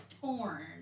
torn